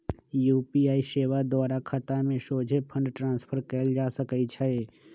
UPI सेवा द्वारा खतामें सोझे फंड ट्रांसफर कएल जा सकइ छै